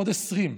עוד 20,